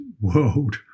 world